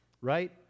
right